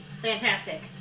Fantastic